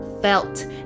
felt